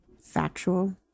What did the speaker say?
Factual